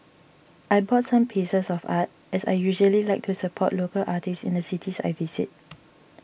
I bought some pieces of art as I usually like to support local artists in the cities I visit